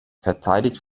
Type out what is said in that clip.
verteidigt